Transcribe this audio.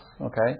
Okay